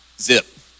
zip